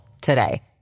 today